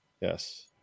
Yes